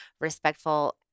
respectful